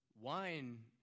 Wine